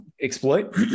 exploit